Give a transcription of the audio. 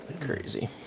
Crazy